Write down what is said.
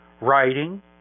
writing